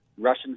Russian